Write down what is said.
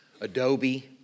Adobe